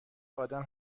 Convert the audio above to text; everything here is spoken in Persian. آدم